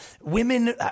women